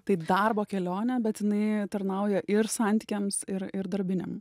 taip darbo kelionę bet jinai tarnauja ir santykiams ir ir darbiniam